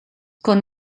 con